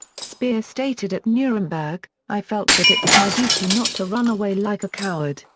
speer stated at nuremberg, i felt that it was my duty not to run away like a coward,